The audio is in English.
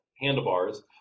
handlebars